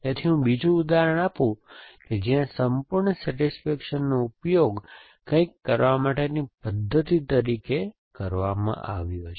તેથી હું બીજું ઉદાહરણ આપું કે જ્યાં સંપૂર્ણ સેટિસ્ફેક્શનનો ઉપયોગ કંઈક કરવા માટેની પદ્ધતિ તરીકે કરવામાં આવ્યો છે